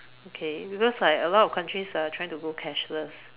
okay because like a lot of countries are trying to go cashless